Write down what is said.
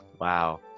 Wow